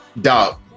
dog